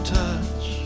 touch